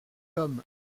tome